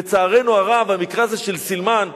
לצערנו הרב המקרה הזה של סילמן,